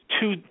two